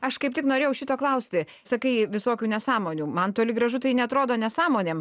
aš kaip tik norėjau šito klausti sakai visokių nesąmonių man toli gražu tai neatrodo nesąmonėm